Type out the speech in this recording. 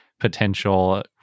Potential